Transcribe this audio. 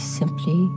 simply